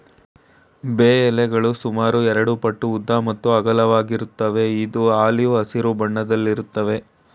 ಬೇ ಎಲೆಗಳು ಸುಮಾರು ಎರಡುಪಟ್ಟು ಉದ್ದ ಮತ್ತು ಅಗಲವಾಗಿರುತ್ವೆ ಇದು ಆಲಿವ್ ಹಸಿರು ಬಣ್ಣದಲ್ಲಿರುತ್ವೆ